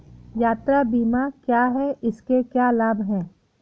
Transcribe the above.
यात्रा बीमा क्या है इसके क्या लाभ हैं?